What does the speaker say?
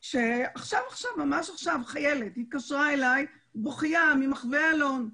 ממש עכשיו חיילת התקשרה אלי בוכייה ממחו"ה אלון,